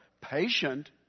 Patient